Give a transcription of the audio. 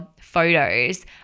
photos